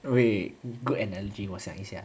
wait good analogy 我想一想